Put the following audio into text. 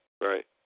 right